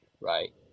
Right